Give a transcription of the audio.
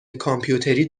کامپیوتری